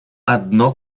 одно